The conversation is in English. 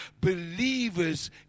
believers